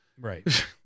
right